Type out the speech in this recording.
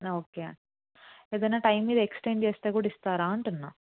okay అండి ఏదైనా time మీద ఎక్స్టెండ్ చేస్తే కూడా ఇస్తారా అంటున్నాను